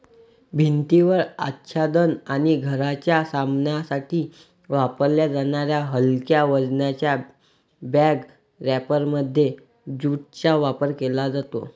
भिंतीवर आच्छादन आणि घराच्या सामानासाठी वापरल्या जाणाऱ्या हलक्या वजनाच्या बॅग रॅपरमध्ये ज्यूटचा वापर केला जातो